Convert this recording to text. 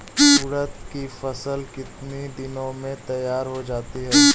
उड़द की फसल कितनी दिनों में तैयार हो जाती है?